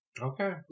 Okay